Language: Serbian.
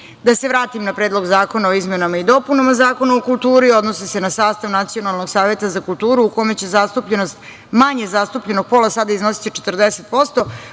se vratim na Predlog zakona o izmenama i dopunama Zakona o kulturi odnosi se na sastav Nacionalnog saveta za kulturu u kome će zastupljenost manje zastupljenog pola sata iznositi 40%